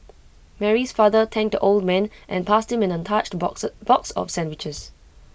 Mary's father thanked the old man and passed him an untouched boxes box of sandwiches